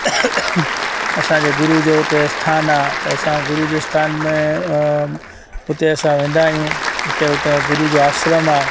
असांजे गुरु जो हुते स्थान आहे त असां गुरु जे स्थान में हुते असां वेंदा आहियूं हुते हुतां गुरु जो आश्रम आहे